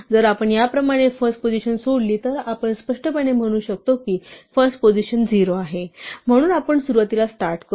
जर आपण याप्रमाणे फर्स्ट पोझिशन सोडली तर आपण स्पष्टपणे म्हणू शकतो की फर्स्ट पोझिशन 0 आहे म्हणून आपण सुरवातीला स्टार्ट करतो